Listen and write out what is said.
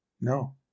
No